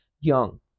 young